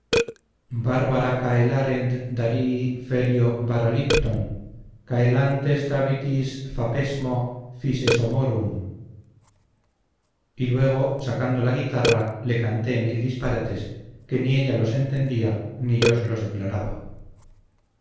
grandísimo disparate que aprendí oyendo artes en salamanca y fue y luego sacando la guitarra le canté mil disparates que ni ella los entendía ni yo se los declaraba